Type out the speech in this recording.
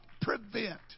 prevent